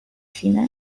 cine